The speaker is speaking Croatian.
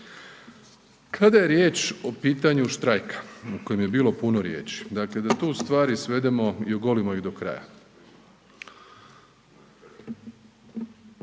Kada je riječ o pitanju štrajka o kojem je bilo puno riječi, dakle da tu stvari svedemo i ogolimo ih do kraja.